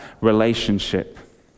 relationship